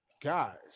guys